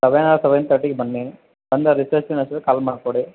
seven or seven ತರ್ಟಿಗೆ ಬನ್ನಿ ಬಂದು ರಿಸೆಪ್ಷನ್ ಹತ್ರ ಕಾಲ್ ಮಾಡಿಕೊಡಿ